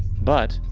but,